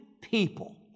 people